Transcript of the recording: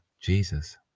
Jesus